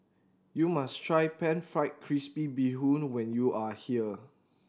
you must try Pan Fried Crispy Bee Hoon when you are here